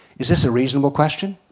is this a reasonable question?